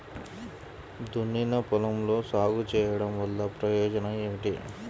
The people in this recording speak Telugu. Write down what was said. దున్నిన పొలంలో సాగు చేయడం వల్ల ప్రయోజనం ఏమిటి?